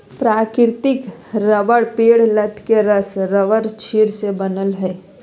प्राकृतिक रबर पेड़ और लत के रस रबरक्षीर से बनय हइ